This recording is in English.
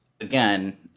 again